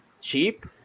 cheap